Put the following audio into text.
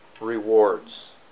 rewards